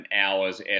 hours